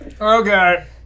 Okay